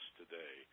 today